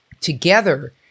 together